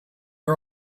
are